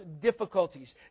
difficulties